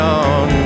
on